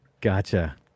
Gotcha